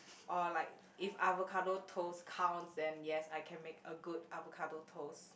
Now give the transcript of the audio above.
or like if avocado toast counts then yes I can make a good avocado toast